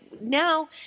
now